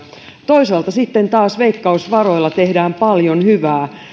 toisaalta sitten taas veikkausrahoilla tehdään paljon hyvää